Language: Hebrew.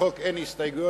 לחוק אין הסתייגויות.